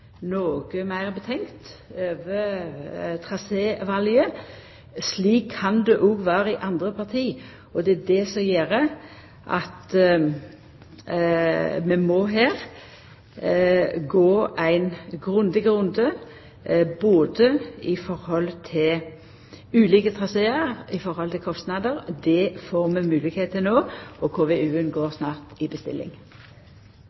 betenkt over trasévalet. Slik kan det òg vera i andre parti, og det er det som gjer at vi her må gå ein grundig runde, både i høve til ulike trasear og i høve til kostnader. Det får vi moglegheit til no, og KVU-en går